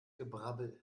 gebrabbel